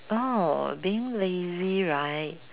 oh being lazy right